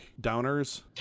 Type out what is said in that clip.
downers